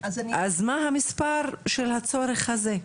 אז מה המספר של הצורך הזה?